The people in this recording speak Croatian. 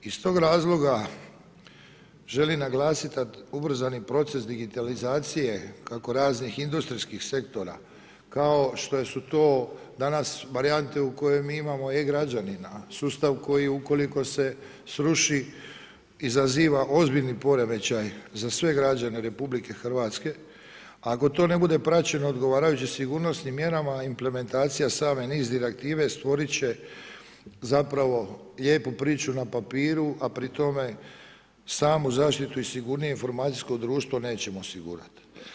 Iz tog razloga želim naglasiti da ubrzani proces digitalizacije kako raznih industrijskih sektora kao što su to danas varijante u kojim mi imamo E-građanina, sustav koji ukoliko se sruši, izaziva ozbiljni poremećaj za sve građane RH a ako to ne bude praćeno odgovarajućim sigurnosnim mjerama, implementacija same NIS direktive stvorit će zapravo lijepu priču na papiru a pri tome samu zaštitu i sigurnije informacijsko društvo nećemo osigurati.